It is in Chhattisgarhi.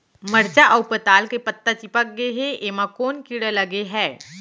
मरचा अऊ पताल के पत्ता चिपक गे हे, एमा कोन कीड़ा लगे है?